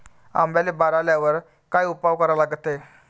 आंब्याले बार आल्यावर काय उपाव करा लागते?